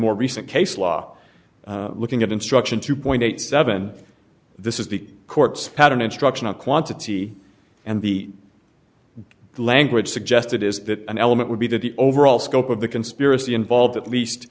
more recent case law looking at instruction two point eight seven this is the court's pattern instructional quantity and the language suggested is that an element would be that the overall scope of the conspiracy involved at least